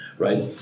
right